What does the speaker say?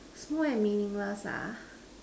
small and meaningless ah